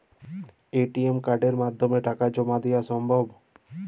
ATM কার্ডের মাধ্যমে টাকা জমা দেওয়া সম্ভব?